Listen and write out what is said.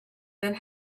then